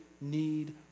need